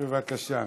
בבקשה.